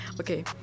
Okay